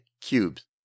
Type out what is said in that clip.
Cubes